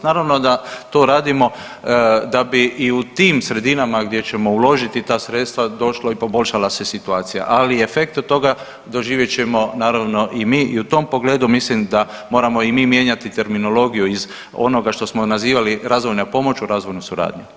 Naravno da to radimo da bi i u tim sredinama gdje ćemo uložiti ta sredstva došlo i poboljšala se situacija, ali efekt od toga doživjet ćemo naravno i mi i u tom pogledu mislim da moramo i mi mijenjati terminologiju iz onoga što smo nazivali razvojna pomoć u razvojnu suradnju.